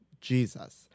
Jesus